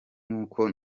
nk’uko